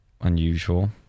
unusual